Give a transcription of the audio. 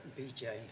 BJ